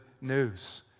news